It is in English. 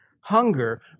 hunger